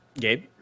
Gabe